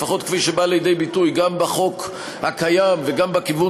לפחות כפי שהיא באה לידי ביטוי גם בחוק הקיים וגם בכיוון